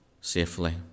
safely